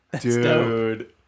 Dude